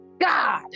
God